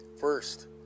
First